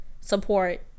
support